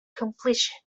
completion